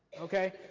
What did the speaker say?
Okay